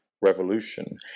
Revolution